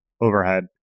overhead